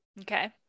okay